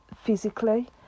physically